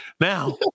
Now